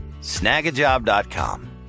snagajob.com